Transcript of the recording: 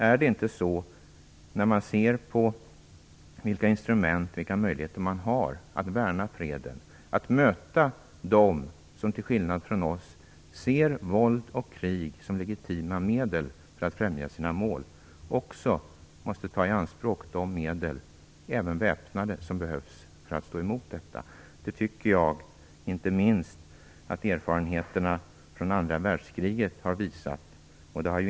Är det inte så, sett till de instrument/möjligheter som finns när det gäller att värna freden och att möta dem som till skillnad från oss ser våld och krig som legitima medel för att främja sina mål, att man också måste ta i anspråk de medel, även väpnade sådana, som behövs för att stå emot detta? Det tycker jag att inte minst erfarenheterna från andra världskriget har visat.